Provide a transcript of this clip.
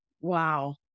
wow